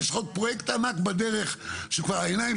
יש לך עוד פרויקט ענק בדרך שכבר העיניים